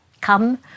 come